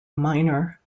minor